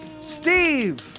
Steve